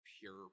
pure